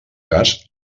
cas